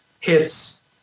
hits